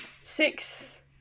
six